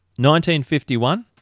1951